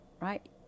right